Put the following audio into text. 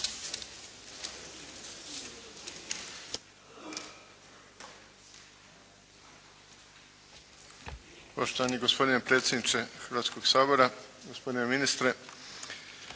Poštovani gospodine predsjedniče Hrvatskoga sabora, gospodine ministre,